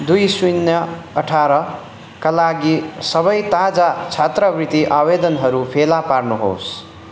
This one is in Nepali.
दुई शून्य अठारका लागि सबै ताजा छात्रवृत्ति आवेदनहरू फेला पार्नुहोस्